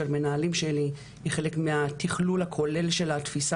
היא חלק מהתכלול הכולל של התפיסה